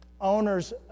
owner's